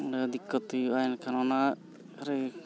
ᱚᱸᱰᱮ ᱫᱤᱠᱠᱟᱛ ᱦᱩᱭᱩᱜᱼᱟ ᱮᱱᱠᱷᱟᱱ ᱚᱱᱟ ᱨᱮ